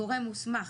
גורם מוסמך,